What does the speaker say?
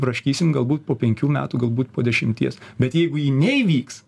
raškysim galbūt po penkių metų galbūt po dešimties bet jeigu ji neįvyks